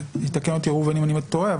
ויתקן אותי ראובן אם אני טועה,